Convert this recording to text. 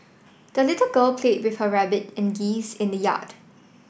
the little girl played with her rabbit and geese in the yard